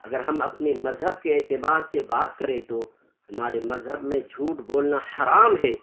اگر ہم اپنے مذہب کے اعتبار سے بات کریں تو ہمارے مذہب میں جھوٹ بولنا حرام ہے